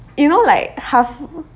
you know like half